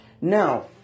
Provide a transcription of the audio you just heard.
Now